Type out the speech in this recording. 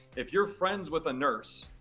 if you're friends with a nurse,